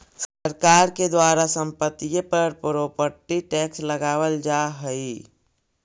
सरकार के द्वारा संपत्तिय पर प्रॉपर्टी टैक्स लगावल जा हई